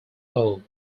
old